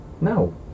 No